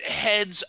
heads